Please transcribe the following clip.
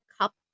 cup